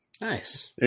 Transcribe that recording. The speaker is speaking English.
Nice